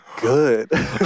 good